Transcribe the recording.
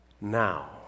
now